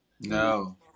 No